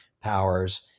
powers